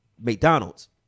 McDonald's